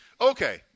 Okay